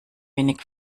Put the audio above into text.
wenig